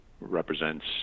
represents